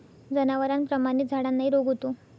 जनावरांप्रमाणेच झाडांनाही रोग होतो